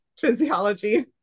physiology